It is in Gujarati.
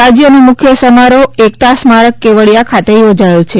રાજયનો મુખ્ય સમારોહ એકતા સ્મારક કેવડીયા ખાતે યોજાયો છે